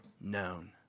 known